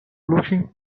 looking